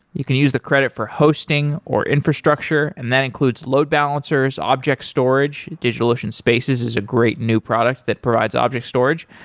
you can use the credit for hosting, or infrastructure, and that includes load balancers, object storage. digitalocean spaces is a great new product that provides object storage,